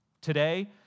Today